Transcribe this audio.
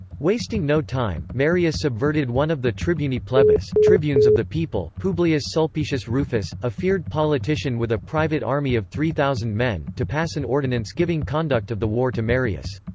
wasting no time, marius subverted one of the tribuni plebis, tribunes of the people, publius sulpicius rufus, a feared politician with a private army of three thousand men, to pass an ordinance giving conduct of the war to marius.